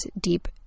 deep